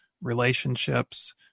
relationships